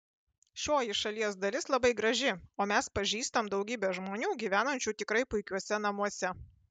šioji šalies dalis labai graži o mes pažįstam daugybę žmonių gyvenančių tikrai puikiuose namuose